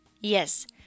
Yes